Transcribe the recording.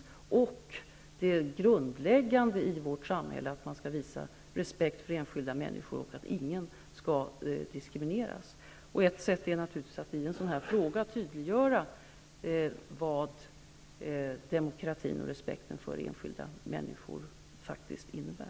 Dessutom är det grundläggande i vårt samhälle att visa respekt för enskilda människor. Ingen skall diskrimineras. Ett sätt att åstadkomma något i detta sammanhang är naturligtvis att tydliggöra vad demokratin och respekten för enskilda människor faktiskt innebär.